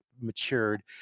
matured